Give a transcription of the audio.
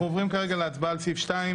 נעבור להצבעה על הסעיף השני,